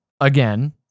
again